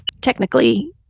technically